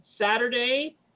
Saturday